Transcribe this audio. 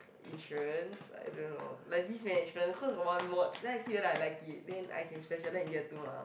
insurance I don't know like risk management cause one mod then I see whether I like it then I can specialise in year two mah